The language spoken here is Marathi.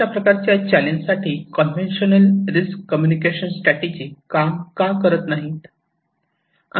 अशा प्रकारच्या चालेंज साठी कॉन्व्हेंशनल रिस्क कम्युनिकेशन स्ट्रॅटेजि काम का करत नाही